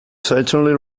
certainly